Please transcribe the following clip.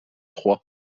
troie